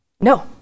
no